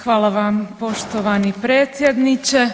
Hvala vam poštovani predsjedniče.